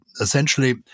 essentially